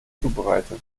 zubereitet